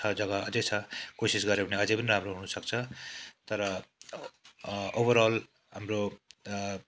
छ जग्गा अझै छ कोसिस गर्यो भने अझै पनि राम्रो हुनुसक्छ तर ओभर अल हाम्रो